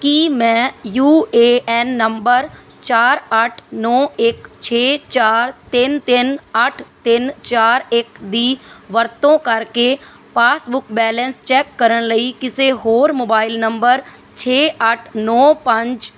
ਕੀ ਮੈਂ U A N number ਚਾਰ ਅੱਠ ਨੌਂ ਇੱਕ ਛੇ ਚਾਰ ਤਿੰਨ ਤਿੰਨ ਅੱਠ ਤਿੰਨ ਚਾਰ ਇੱਕ ਦੀ ਵਰਤੋਂ ਕਰਕੇ ਪਾਸਬੁੱਕ ਬੈਲੇਂਸ ਚੈੱਕ ਕਰਨ ਲਈ ਕਿਸੇ ਹੋਰ ਮੋਬਾਈਲ ਨੰਬਰ ਛੇ ਅੱਠ ਨੌਂ ਪੰਜ